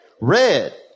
Red